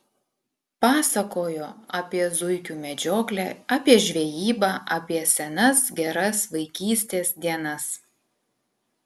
pasakojo apie zuikių medžioklę apie žvejybą apie senas geras vaikystės dienas